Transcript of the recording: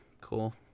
cool